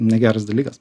negeras dalykas